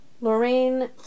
Lorraine